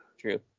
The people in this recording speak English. true